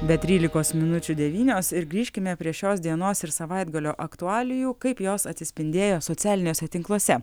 be trylikos minučių devynios ir grįžkime prie šios dienos ir savaitgalio aktualijų kaip jos atsispindėjo socialiniuose tinkluose